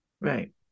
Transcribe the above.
Right